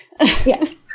Yes